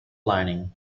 lining